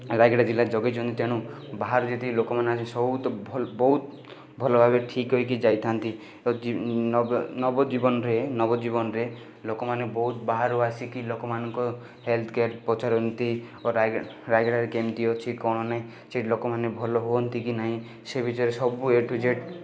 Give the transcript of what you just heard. ରାୟଗଡ଼ା ଜିଲ୍ଲା ଜଗେଇଛନ୍ତି ତେଣୁ ବାହାରୁ ଯଦି ଲୋକମାନେ ସବୁ ଆସି ବହୁତ ବହୁତ ଭଲଭାବରେ ଠିକ କରିକି ଯାଇଥାନ୍ତି ନବ ନବ ଜୀବନରେ ନବଜୀବନରେ ଲୋକମାନେ ବହୁତ ବାହାରୁ ଆସିକି ଲୋକମାନଙ୍କୁ ହେଲ୍ଥ କେଏର ପଚାରନ୍ତି ଓ ରାୟଗଡ଼ା ରାୟଗଡ଼ାରେ କେମିତି ଅଛି କ'ଣ ନାହିଁ ସେଇଠି ଲୋକମାନେ ଭଲ ହୁଅନ୍ତି କି ନାଇଁ ସେ ବିଷୟରେ ସବୁ ଏ ଠୁ ଜେଡ଼